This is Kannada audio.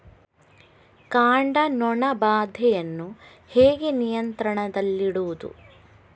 ಕಾಂಡ ನೊಣ ಬಾಧೆಯನ್ನು ಹೇಗೆ ನಿಯಂತ್ರಣದಲ್ಲಿಡುವುದು?